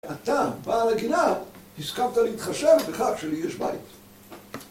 אתה, בעל הגינה, הסכמת להתחשב בכך שלי יש בית